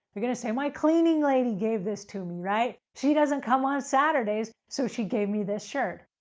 they're going to say, my cleaning lady gave this to me, right? she doesn't come on saturdays, so she gave me this shirt.